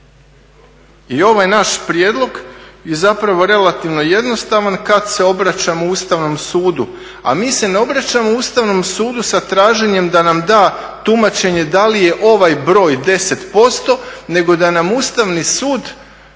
I ovaj naš prijedlog je zapravo relativno jednostavan kada se obraćamo Ustavnom sudu. A mi se ne obraćamo Ustavnom sudu sa traženjem da nam da tumačenje da li je ovaj broj 10% nego da nam Ustavni sud